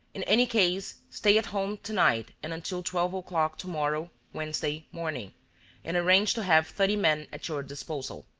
in any case, stay at home to-night and until twelve o'clock to-morrow, wednesday, morning and arrange to have thirty men at your disposal.